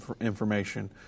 information